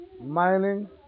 mining